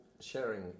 sharing